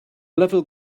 level